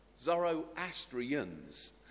Zoroastrians